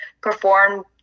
perform